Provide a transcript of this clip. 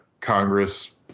Congress